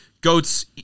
Goats